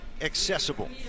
accessible